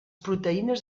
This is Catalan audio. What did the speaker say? proteïnes